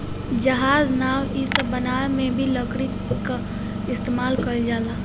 जहाज, नाव इ सब बनावे मे भी लकड़ी क इस्तमाल कइल जाला